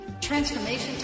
Transformation